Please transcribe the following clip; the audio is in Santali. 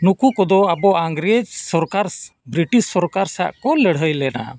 ᱱᱩᱠᱩ ᱠᱚᱫᱚ ᱟᱵᱚ ᱤᱝᱜᱨᱮᱡᱽ ᱥᱚᱨᱠᱟᱨ ᱵᱨᱤᱴᱤᱥ ᱥᱚᱨᱠᱟᱨ ᱥᱟᱞᱟᱜ ᱠᱚ ᱞᱟᱹᱲᱦᱟᱹᱭ ᱞᱮᱱᱟ